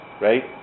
Right